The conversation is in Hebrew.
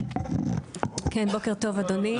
כן, בוקר טוב אדוני.